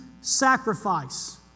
sacrifice